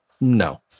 no